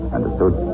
Understood